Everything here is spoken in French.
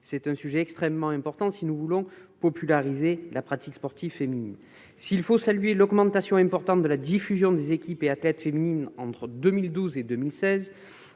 sujet est extrêmement important si nous voulons populariser la pratique sportive féminine. S'il faut saluer l'augmentation importante de la diffusion des épreuves engageant des équipes et athlètes féminines entre 2012 et 2016,